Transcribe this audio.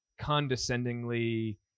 condescendingly